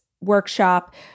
workshop